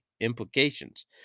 implications